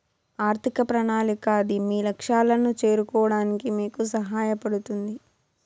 ఆర్థిక ప్రణాళిక అది మీ లక్ష్యాలను చేరుకోవడానికి మీకు సహాయపడుతుంది